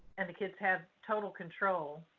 and the kids have total control